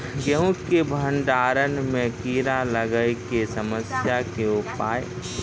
गेहूँ के भंडारण मे कीड़ा लागय के समस्या के उपाय?